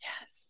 yes